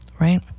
right